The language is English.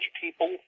people